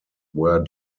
were